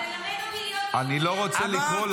אתה מלמד אותי להיות יהודייה --- אני לא רוצה לקרוא אותך לסדר.